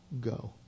go